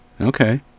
okay